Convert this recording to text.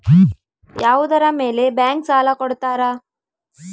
ಯಾವುದರ ಮೇಲೆ ಬ್ಯಾಂಕ್ ಸಾಲ ಕೊಡ್ತಾರ?